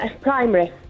Primary